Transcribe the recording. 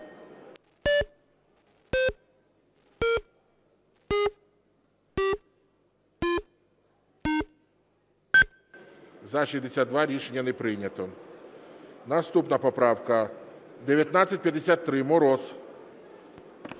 За-62 Рішення не прийнято. Наступна поправка 1953, Мороз.